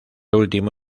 último